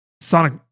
Sonic